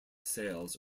sales